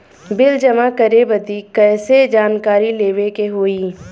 Bill जमा करे बदी कैसे जानकारी लेवे के होई?